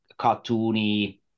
cartoony